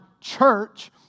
church